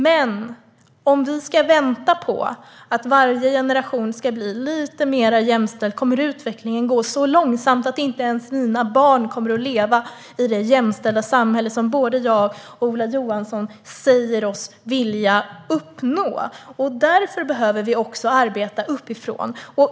Men om vi ska vänta på att varje generation ska bli lite mer jämställd kommer utvecklingen att gå så långsamt att inte ens mina barn kommer att leva i det jämställda samhälle som både jag och Ola Johansson säger oss vilja uppnå. Därför behöver vi också arbeta uppifrån.